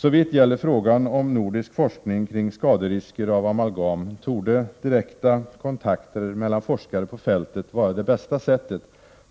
Såvitt gäller frågan om nordisk forskning kring skaderisker av amalgam torde direkta kontakter mellan forskare på fältet vara det bästa sättet